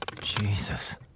Jesus